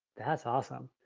that's awesome.